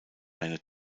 eine